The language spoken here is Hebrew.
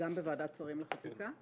גם בוועדת שרים לחקיקה?